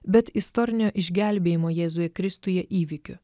bet istorinio išgelbėjimo jėzuje kristuje įvykiu